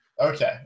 Okay